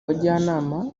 bajyanama